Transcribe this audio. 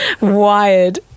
wired